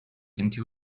into